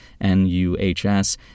NUHS